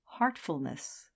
Heartfulness